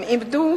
הם איבדו